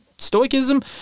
stoicism